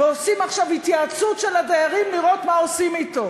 ועושים עכשיו התייעצות של הדיירים לראות מה עושים אתו.